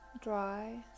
dry